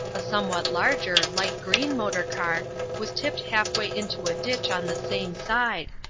a somewhat larger light-green motor-car was tipped half-way into a ditch on the same side,